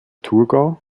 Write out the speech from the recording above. thurgau